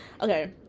Okay